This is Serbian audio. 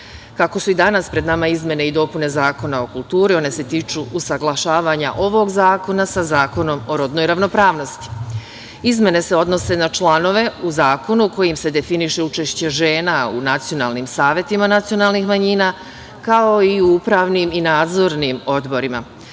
su i danas pred nama izmene i dopune Zakona o kulturi, one se tiču usaglašavanja ovog zakona sa Zakonom o rodnoj ravnopravnosti. Izmene se odnose na članove u zakonu kojim se definiše učešće žena u nacionalnim savetima nacionalnih manjina, kao i u upravnim i nadzornim odborima.